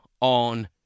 on